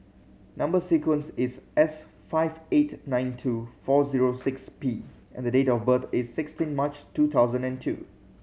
number sequence is S five eight nine two four zero six P and the date of birth is sixteen March two thousand and two